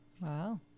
Wow